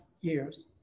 years